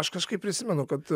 aš kažkaip prisimenu kad